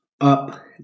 Up